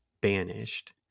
banished